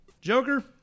Joker